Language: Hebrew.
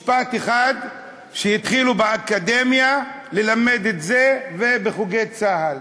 משפט אחד שהתחילו ללמד באקדמיה ובחוגי צה"ל: